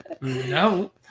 no